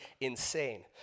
insane